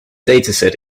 dataset